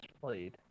played